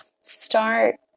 start